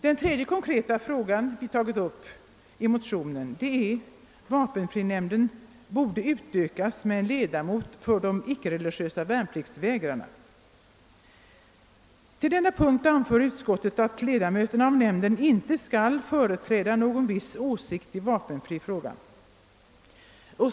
Den tredje konkreta fråga som vi har tagit upp är att vapenfrinämnden borde utökas med en ledamot för de ickereligiösa värnpliktsvägrarna. Utskottet anför att ledamöterna av nämnden inte skall företräda någon viss åsikt i vapenfrifrågan.